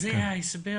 ההסבר,